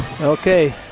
Okay